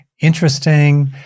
interesting